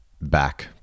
back